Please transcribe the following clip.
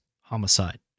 homicide